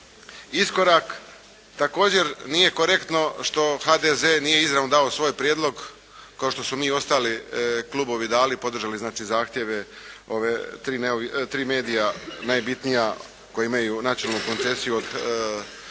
iskorak. Također nije korektno što HDZ nije izravno dao svoj prijedlog, kao što smo mi svi klubovi dali, podržali znači zahtjeve tri medija najbitnija koji imaju načelnu koncesiju vezano za Hrvatsku